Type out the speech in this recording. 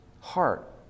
heart